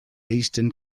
eastern